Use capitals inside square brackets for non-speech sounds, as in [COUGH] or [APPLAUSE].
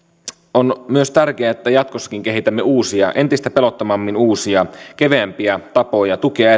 on myös tärkeää että jatkossakin kehitämme entistä pelottomammin uusia keveämpiä tapoja tukea [UNINTELLIGIBLE]